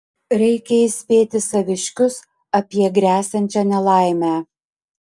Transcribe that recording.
reikia įspėti saviškius apie gresiančią nelaimę